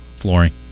Flooring